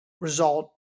result